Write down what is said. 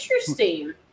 interesting